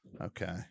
Okay